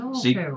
see